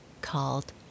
called